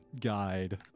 guide